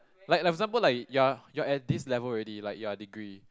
like like for example like you're you're at this level already like you are degree